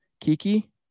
Kiki